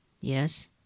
Yes